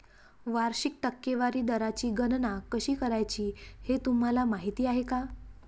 वार्षिक टक्केवारी दराची गणना कशी करायची हे तुम्हाला माहिती आहे का?